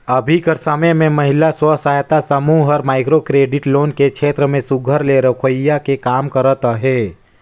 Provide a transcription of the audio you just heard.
अभीं कर समे में महिला स्व सहायता समूह हर माइक्रो क्रेडिट लोन के छेत्र में सुग्घर ले रोखियाए के काम करत अहे